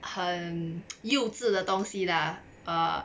很幼稚的东西 lah err